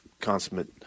consummate